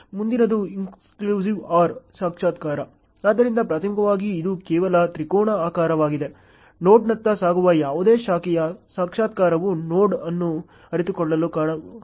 ಮುಂದಿನದು inclusive OR ಸಾಕ್ಷಾತ್ಕಾರ ಆದ್ದರಿಂದ ಪ್ರಾಥಮಿಕವಾಗಿ ಇದು ಕೇವಲ ತ್ರಿಕೋನ ಆಕಾರವಾಗಿದೆ ನೋಡ್ನತ್ತ ಸಾಗುವ ಯಾವುದೇ ಶಾಖೆಯ ಸಾಕ್ಷಾತ್ಕಾರವು ನೋಡ್ ಅನ್ನು ಅರಿತುಕೊಳ್ಳಲು ಕಾರಣವಾಗುತ್ತದೆ